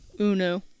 Uno